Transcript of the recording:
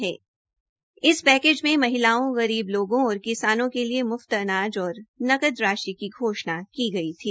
हस पैकेज में महिलाओं गरीब लोगों और किसानों के लिए मुफ्त अनाज और नकद राशि की घोषणा की गई थी